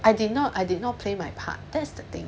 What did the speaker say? I did not I did not play my part that's the thing